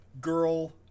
girl